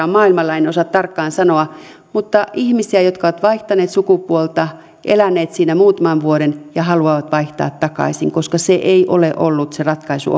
on maailmalla en osaa tarkkaan sanoa ihmisiä jotka ovat vaihtaneet sukupuolta eläneet siinä muutaman vuoden ja haluavat vaihtaa takaisin koska se ei ole ollut se ratkaisu